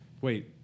Wait